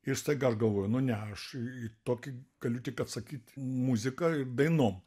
ir staiga aš galvoju nu ne aš į tokį galiu tik atsakyt muzika dainom